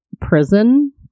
prison